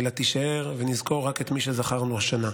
אלא תישאר, ונזכור רק את מי שזכרנו השנה.